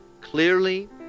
clearly